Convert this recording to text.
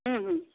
हूं हूं